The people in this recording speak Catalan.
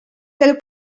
del